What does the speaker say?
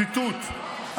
ציטוט,